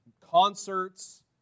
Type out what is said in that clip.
concerts